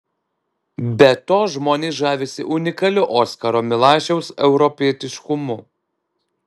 be to žmonės žavisi unikaliu oskaro milašiaus europietiškumu